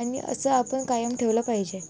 आणि असं आपण कायम ठेवलं पाहिजे